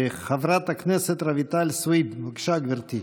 חברת הכנסת רויטל סויד, בבקשה, גברתי.